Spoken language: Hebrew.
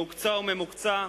מהוקצע וממוקצע,